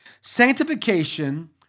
Sanctification